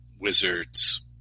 Wizards